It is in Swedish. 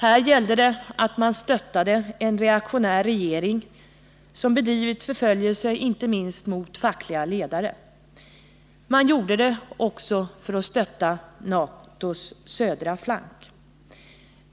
Här gällde det att man stöttade en reaktionär regering som bedrivit förföljelse, inte minst mot fackliga ledare. Man gjorde det också för att stötta NATO:s södra flank.